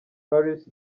paris